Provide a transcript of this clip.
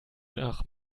nach